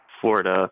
Florida